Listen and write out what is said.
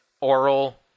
oral